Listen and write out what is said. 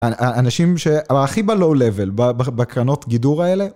האנשים שהם הכי בלואו לבל, בקרנות גידור האלה.